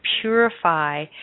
purify